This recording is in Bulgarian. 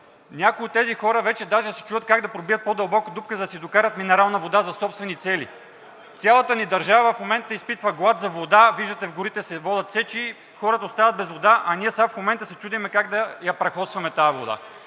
Някои от тези хора вече даже се чудят как да пробият по-дълбока дупка, за да си докарат минерална вода за собствени цели. Цялата ни държава в момента изпитва глад за вода. Виждате, в горите се водят сечи, хората остават без вода, а ние сега в момента се чудим как да прахосваме тази вода.